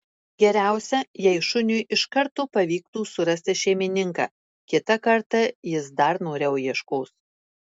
geriausia jei šuniui iš karto pavyktų surasti šeimininką kitą kartą jis dar noriau ieškos